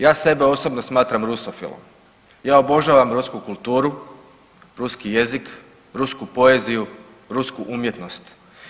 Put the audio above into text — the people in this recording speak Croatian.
Ja sebe osobno smatram rusofilom, ja obožavam rusku kulturu, ruski jezik, rusku poeziju, rusku umjetnost.